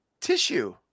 tissue